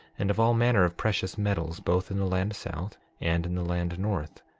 and of all manner of precious metals, both in the land south and in the land north.